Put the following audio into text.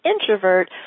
introvert